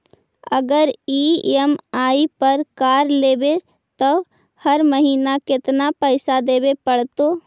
अगर ई.एम.आई पर कार लेबै त हर महिना केतना पैसा देबे पड़तै?